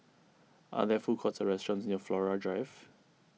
are there food courts or restaurants near Flora Drive